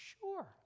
sure